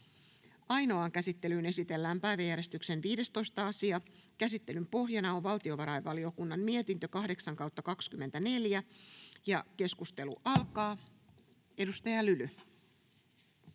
Ainoaan käsittelyyn esitellään päiväjärjestyksen 15. asia. Käsittelyn pohjana on valtiovarainvaliokunnan mietintö VaVM 8/2024 vp. — Keskustelu alkaa. Edustaja Lyly.